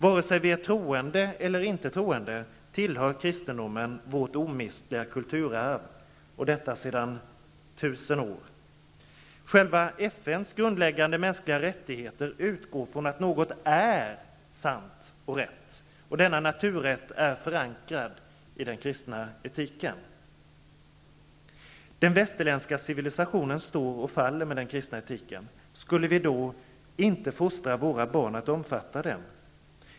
Vare sig vi är troende eller inte troende, tillhör kristendomen vårt omistliga kulturarv sedan tusen år. FN:s grundläggande mänskliga rättigheter utgår från att något är sant och rätt. Denna naturrätt är förankrad i den kristna etiken. Den västerländska civilisationen står och faller med den kristna etiken. Skall vi då inte fostra våra barn att omfatta den?